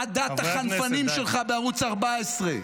-- לעדת החנפנים שלך בערוץ 14,